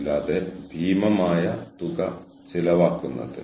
പ്രവർത്തനപരമെന്നാൽ ഇന്ന് സംഭവിക്കുന്ന ഒന്ന്